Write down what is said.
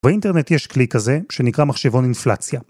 באינטרנט יש כלי כזה שנקרא מחשבון אינפלציה.